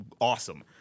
awesome